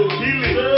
healing